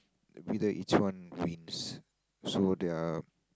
be the each one wins so there're